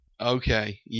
okay